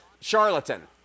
charlatan